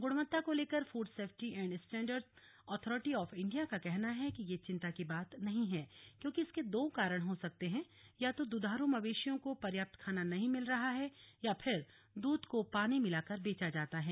गुणवता को लेकर food safety and standards authority of India का कहना है कि ये चिंता की बात नहीं है क्योंकि इसके दो कारण हो सकते हैं या तो दुधारू मवेशियों को पर्याप्त खाना नहीं मिल रहा है या फिर दूध को पानी मिलाकर बेचा जाता है